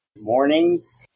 Mornings